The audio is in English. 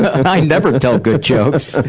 i never tell good jokes!